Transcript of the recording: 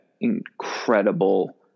incredible